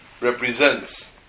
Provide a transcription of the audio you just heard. represents